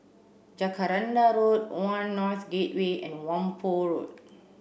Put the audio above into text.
Jacaranda Road One North Gateway and Whampoa Road